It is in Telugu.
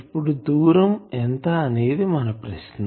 ఇప్పుడు దూరం ఎంత అనేది మన ప్రశ్న